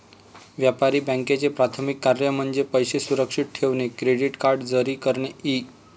व्यापारी बँकांचे प्राथमिक कार्य म्हणजे पैसे सुरक्षित ठेवणे, क्रेडिट कार्ड जारी करणे इ